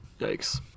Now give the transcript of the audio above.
Yikes